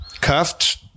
Cuffed